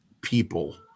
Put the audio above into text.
people